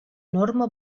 norma